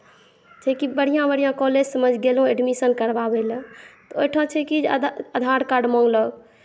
छै की बढ़िआँ बढ़िआँ कॉलेजसभमे गेलहुँ एडमिसन करबाबै लए तऽ ओहिठाम छै की आधार कार्ड मँगलक